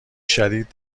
شدید